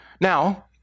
Now